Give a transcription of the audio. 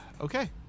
Okay